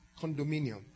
condominium